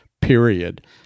period